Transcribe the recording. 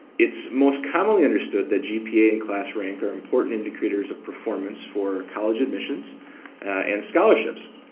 it's most commonly understand that gpa and class rank are important indicators of performance for college admissions and scholarships.